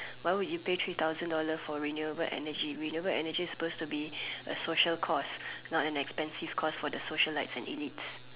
why would you pay three thousand dollars for renewable energy renewable energy is supposed to be a social cost not an expensive cost for the socialites and elites